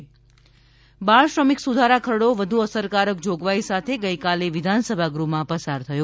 બાળસુધારા ખરડો બાળ શ્રમિક સુધારા ખરડો વધુ અસરકારક જોગવાઈ સાથે ગઈકાલે વિધાનસભા ગૃહમાં પસાર થયો